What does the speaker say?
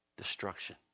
destruction